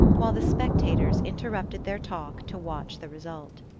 while the spectators interrupted their talk to watch the result.